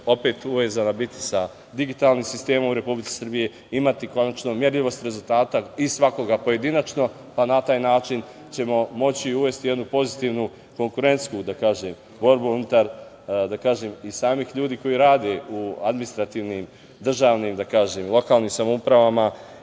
opet uvezana biti sa digitalnim sistemom u Republici Srbije, imati konačno merljivost rezultata i svakoga pojedinačno, pa na taj način ćemo moći i uvesti jednu pozitivnu konkurentsku, da kažem, borbu unutar, da kažem, i samih ljudi koji rade u administrativnim, državnim, da kažem, i lokalnim samoupravama